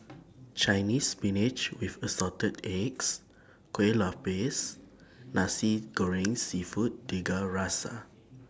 Chinese Spinach with Assorted Eggs Kueh Lopes Nasi Goreng Seafood Tiga Rasa